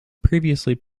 previously